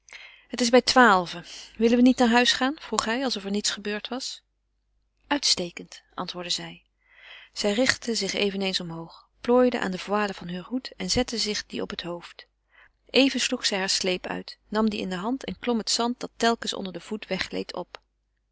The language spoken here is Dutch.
het is bij twaalven willen we niet naar huis gaan vroeg hij alsof er niets gebeurd was uitstekend antwoordde zij zij richtte zich eveneens omhoog plooide aan de voile van heur hoed en zette zich dien op het hoofd even sloeg zij haar sleep uit nam dien in de hand en klom het zand dat telkens onder den voet weggleed op